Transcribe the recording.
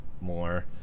more